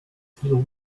through